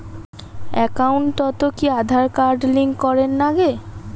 একাউন্টত কি Aadhaar card link করের নাগে?